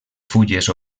fulles